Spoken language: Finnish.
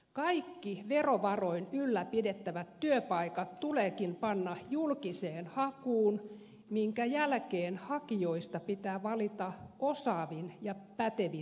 kaikki verovaroin ylläpidettävät työpaikat tuleekin panna julkiseen hakuun minkä jälkeen hakijoista pitää valita osaavin ja pätevin henkilö